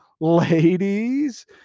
ladies